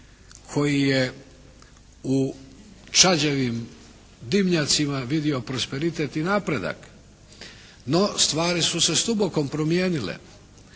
koji je u čađavim dimnjacima vidio prosperitet i napredak. No, stvari su se … promijenile